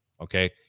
Okay